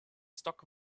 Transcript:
stock